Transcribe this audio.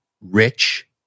rich